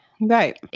Right